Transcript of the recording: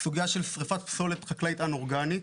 סוגיה של שריפת פסולת חקלאית אנאורגנית.